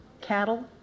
cattle